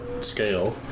scale